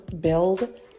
build